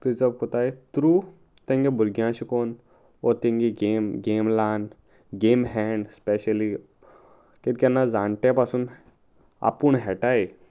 preserve कोताय through तेंगे भुरग्यां शिकोन व तेंगे गेम गेम ल्हान गेम हॅड स्पेशली कित केन्ना जाणटे पासून आपूण खेळ टाय